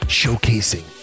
showcasing